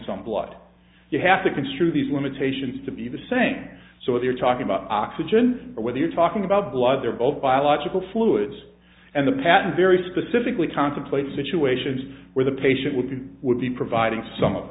some blood you have to construe these limitations to be the same so if you're talking about oxygen or whether you're talking about blood they're all biological fluids and the patent very specifically contemplates situations where the patient would be would be providing some of